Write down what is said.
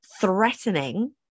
threatening